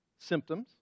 symptoms